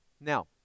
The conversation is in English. Now